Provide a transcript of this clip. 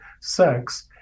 sex